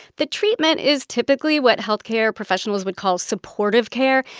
the treatment is typically what health care professionals would call supportive care,